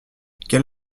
quel